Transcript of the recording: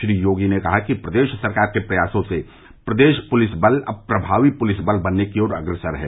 श्री योगी ने कहा कि प्रदेश सरकार के प्रयासों से प्रदेश पुलिस बल अब प्रभावी पुलिस बल बनने की ओर अग्रसर है